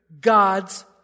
God's